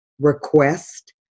request